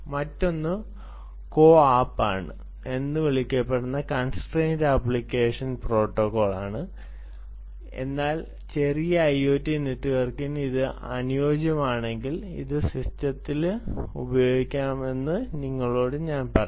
മറ്റൊന്ന് CoAP എന്ന് വിളിക്കപ്പെടുന്ന കോൺസ്ട്രയ്ന്റ് ആപ്ലിക്കേഷൻ പ്രോട്ടോക്കോൾ ആണ് എന്നാൽ ചെറിയ ഐഒടി നെറ്റ്വർക്കിന് ഇത് അനുയോജ്യമാണെങ്കിൽ ഇത് സിസ്റ്റത്തിൽ ഉപയോഗിക്കുമെന്ന് എനിക്ക് നിങ്ങളോട് പറയാൻ കഴിയും